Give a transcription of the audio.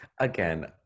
again